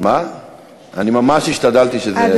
אני ממש השתדלתי שזה לא יקרה.